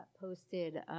posted